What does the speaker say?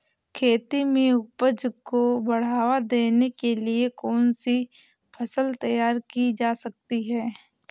खेती में उपज को बढ़ावा देने के लिए कौन सी फसल तैयार की जा सकती है?